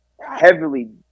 heavily